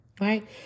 Right